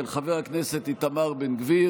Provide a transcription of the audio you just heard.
של חבר הכנסת איתמר בן גביר.